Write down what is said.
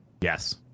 Yes